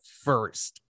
first